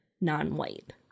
non-white